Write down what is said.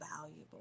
valuable